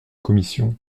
commission